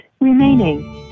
remaining